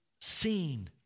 seen